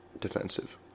Defensive